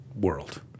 world